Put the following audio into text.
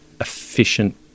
efficient